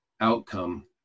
outcome